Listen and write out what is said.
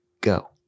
Go